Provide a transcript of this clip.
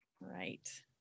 right